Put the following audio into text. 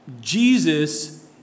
Jesus